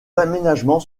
aménagements